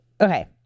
Okay